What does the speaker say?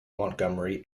montgomery